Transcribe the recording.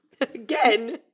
Again